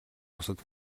бусад